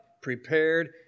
prepared